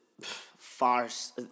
farce